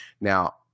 Now